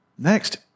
Next